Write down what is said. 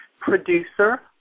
producer